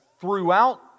throughout